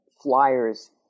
flyers